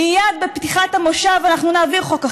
מייד בפתיחת המושב אנחנו נעביר חוק אחר.